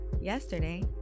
yesterday